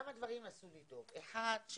אני מבין